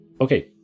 Okay